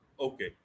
Okay